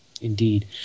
Indeed